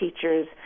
teachers